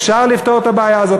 אפשר לפתור את הבעיה הזאת.